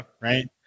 Right